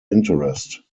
interest